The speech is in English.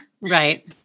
Right